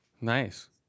Nice